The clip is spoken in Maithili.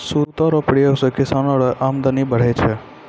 सूता रो प्रयोग से किसानो रो अमदनी बढ़ै छै